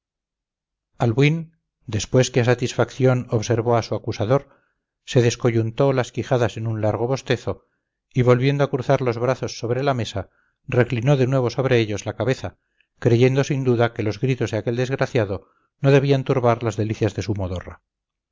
albuín después que a satisfacción observó a su acusador se descoyuntó las quijadas en un largo bostezo y volviendo a cruzar los brazos sobre la mesa reclinó de nuevo sobre ellos la cabeza creyendo sin duda que los gritos de aquel desgraciado no debían turbar las delicias de su modorra